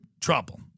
trouble